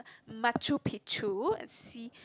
Machu-Picchu and see